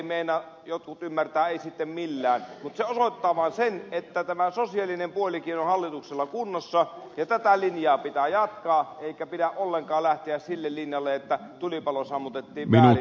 mutta se osoittaa vain sen että tämä sosiaalinen puolikin on hallituksella kunnossa ja tätä linjaa pitää jatkaa eikä pidä ollenkaan lähteä sille linjalle että tulipalo sammutettiin väärin